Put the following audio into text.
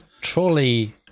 trolley